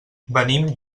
venim